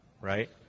right